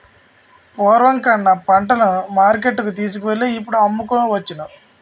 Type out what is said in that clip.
పూర్వం కన్నా పంటలను మార్కెట్టుకు తీసుకువెళ్ళి ఇప్పుడు అమ్ముకోవచ్చును